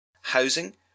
housing